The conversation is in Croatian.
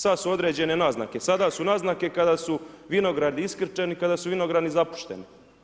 Sad su određene naznake, sada su naznake kada su vinogradi iskrčeni, kada su vinogradi zapušteni.